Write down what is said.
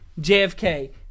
JFK